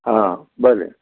हां बरें